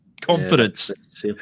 Confidence